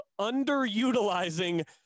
underutilizing